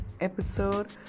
episode